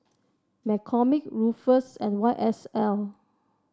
McCormick Ruffles and Y S L